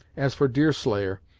as for deerslayer,